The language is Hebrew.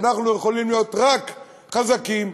כי אנחנו יכולים להיות רק חזקים.